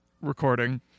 recording